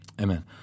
Amen